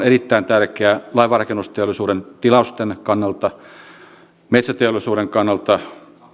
erittäin tärkeää laivanrakennusteollisuuden ti lausten kannalta metsäteollisuuden kannalta